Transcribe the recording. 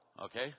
okay